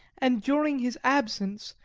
and during his absence,